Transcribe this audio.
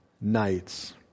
nights